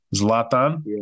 Zlatan